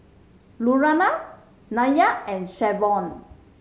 Lurana Nya and Shavon